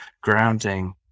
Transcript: grounding